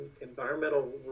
environmental